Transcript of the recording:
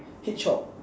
hedgehog